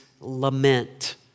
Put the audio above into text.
lament